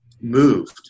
moved